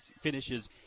finishes